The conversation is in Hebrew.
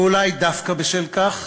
ואולי דווקא בשל כך,